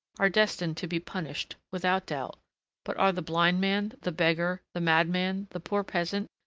are destined to be punished, without doubt but are the blind man, the beggar, the madman, the poor peasant,